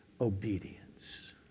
obedience